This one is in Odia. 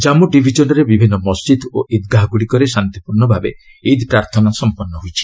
ଜାନ୍ମୁ ଡିଭିଜନରେ ବିଭିନ୍ନ ମସ୍ଜିଦ୍ ଓ ଇଦ୍ଗାହ ଗୁଡ଼ିକରେ ଶାନ୍ତିପୂର୍ଣ୍ଣ ଭାବେ ଇଦ୍ ପ୍ରାର୍ଥନା ସମ୍ପନ୍ନ ହୋଇଛି